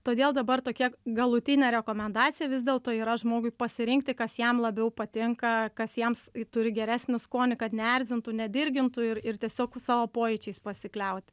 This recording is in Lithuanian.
todėl dabar tokia galutinė rekomendacija vis dėlto yra žmogui pasirinkti kas jam labiau patinka kas jiems turi geresnį skonį kad neerzintų nedirgintų ir ir tiesiog savo pojūčiais pasikliauti